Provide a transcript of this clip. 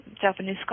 Japanese